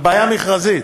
על בעיה מכרזית.